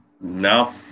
No